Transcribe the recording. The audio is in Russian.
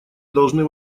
должны